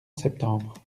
septembre